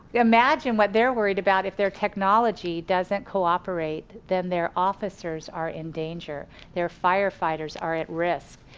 imagine what they're worried about if their technology doesn't cooperate then their officers are in danger. their firefighters are at risk.